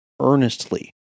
earnestly